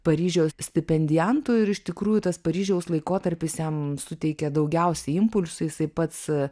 paryžiaus stipendijantų ir iš tikrųjų tas paryžiaus laikotarpis jam suteikė daugiausiai impulsų jisai pats